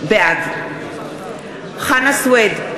בעד חנא סוייד,